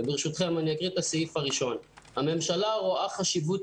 שאני אקריא ממנה ברשותכם את הסעיף הראשון: "הממשלה רואה חשיבות